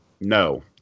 no